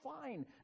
fine